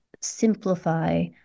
simplify